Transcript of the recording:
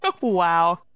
Wow